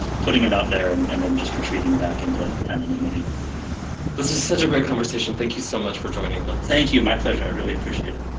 putting it out there and and then just retreating back into anonymity this is such a great conversation. thank you so much for joining us. thank you my pleasure. i really appreciate it